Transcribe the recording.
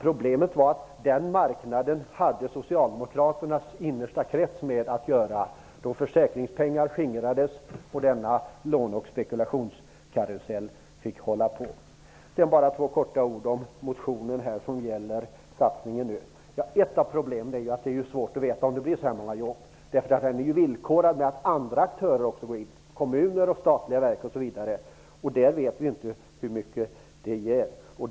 Problemet var att Socialdemokraternas innersta krets hade att göra med den marknaden. Försäkringspengar skingrades, och denna låne och spekulationskarusell fick hålla på. Jag vill bara säga något kort om motionen och dess förslag till satsningar. Ett av problemen är att det är svårt att veta om det blir så många jobb. Villkoret är ju att andra aktörer också går in: kommuner, statliga verk, osv. Vi vet inte hur mycket det ger.